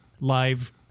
live